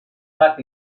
bat